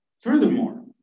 Furthermore